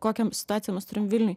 kokią situaciją mes turime vilniuj